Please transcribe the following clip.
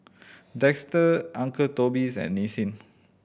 Dester Uncle Toby's and Nissin